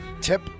Tip